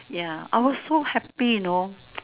ya I were so happy you know